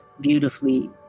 beautifully